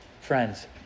friends